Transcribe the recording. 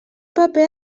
paper